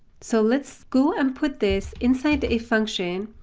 so let's go and put this inside the if function.